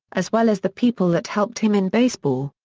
as well as the people that helped him in baseball.